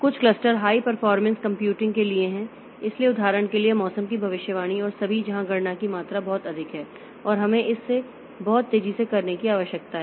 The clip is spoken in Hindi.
कुछ क्लस्टर हाई परफॉरमेंस कंप्यूटिंग के लिए हैं इसलिए उदाहरण के लिए मौसम की भविष्यवाणी और सभी जहां गणना की मात्रा बहुत अधिक है और हमें इसे बहुत तेजी से करने की आवश्यकता है